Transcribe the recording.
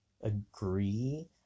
agree